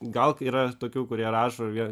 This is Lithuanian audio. gal yra tokių kurie rašo vien